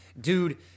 Dude